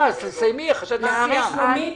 שלומית,